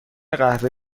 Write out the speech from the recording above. قهوه